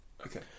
Okay